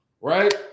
right